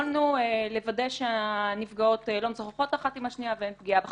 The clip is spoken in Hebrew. יכולנו לוודא שהנפגעות לא משוחחות אחת עם השנייה ואין פגיעה בחקירה.